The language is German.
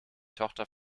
tochter